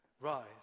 rise